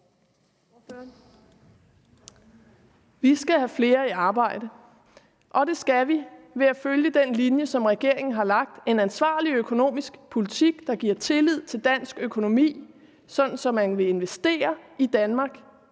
Vi skal have flere i arbejde, og det skal vi ved at følge den linje, som regeringen har lagt. Vi skal føre en ansvarlig økonomisk politik, som giver tillid til dansk økonomi, så man vil investere i Danmark